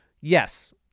yes